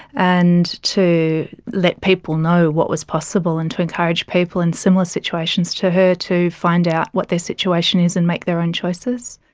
and to let people know what was possible and to encourage people in similar situations to her to find out what their situation is and make their own choices.